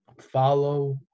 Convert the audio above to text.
follow